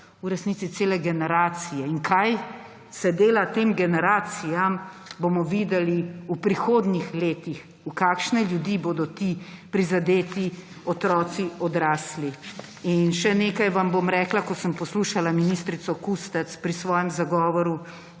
v resnici cele generacije. Kaj se dela tem generacijam, bomo videli v prihodnjih letih, v kakšne ljudi bodo ti prizadeti otroci odrasli. In še nekaj vam bom rekla. Ko sem poslušala ministrico Kustec pri njenem zagovoru,